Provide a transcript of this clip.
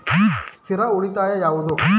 ಸ್ಥಿರ ಉಳಿತಾಯ ಯಾವುದು?